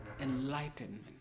enlightenment